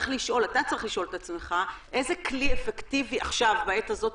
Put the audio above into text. אתה צריך לשאול את עצמך איזה כלי אפקטיבי יותר בעת הזאת,